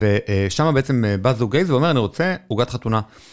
ושמה, בעצם, בא זוג גייז ואומר "אני רוצה עוגת חתונה".